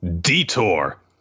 Detour